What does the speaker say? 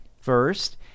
First